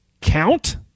Count